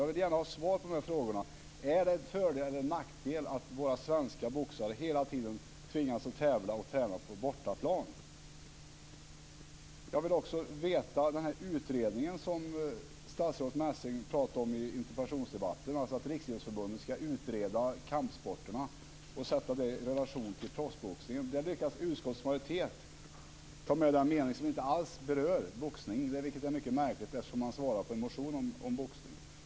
Jag vill gärna ha svar på frågorna om det är en fördel eller en nackdel att våra svenska proffsboxare hela tiden tvingas tävla och träna på bortaplan? Jag vill också veta mer om den utredning som statsrådet Messing talade om i interpellationsdebatten. Riksidrottsförbundet ska alltså utreda kampsporterna och sätta dem i relation till proffsboxningen. Där lyckas utskottets majoritet få med en mening som inte alls berör boxningen, vilket är mycket märkligt, eftersom man svarar på en motion om boxning.